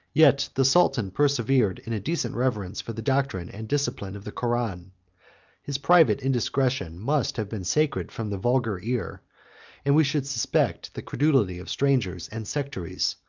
yet the sultan persevered in a decent reverence for the doctrine and discipline of the koran his private indiscretion must have been sacred from the vulgar ear and we should suspect the credulity of strangers and sectaries,